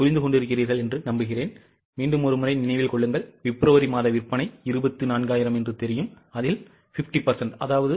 புரிந்து கொண்டிருக்கிறீர்களா